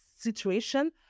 situation